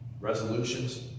resolutions